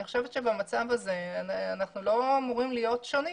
אני חושבת שבמצב הזה אנחנו לא אמורים להיות שונים.